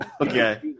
Okay